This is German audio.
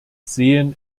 sehen